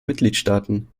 mitgliedstaaten